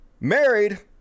married